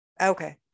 okay